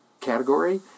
category